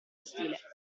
stile